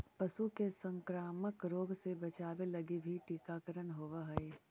पशु के संक्रामक रोग से बचावे लगी भी टीकाकरण होवऽ हइ